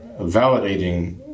validating